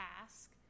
task